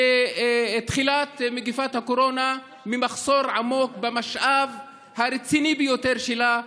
מתחילת מגפת הקורונה ממחסור עמוק במשאב הרציני ביותר שלה,